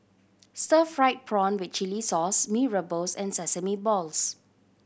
stir fried prawn with chili sauce Mee Rebus and sesame balls